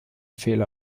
fehler